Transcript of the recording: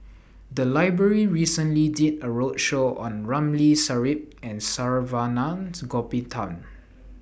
The Library recently did A roadshow on Ramli Sarip and Saravanan Gopinathan